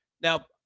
Now